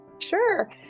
sure